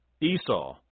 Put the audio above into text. Esau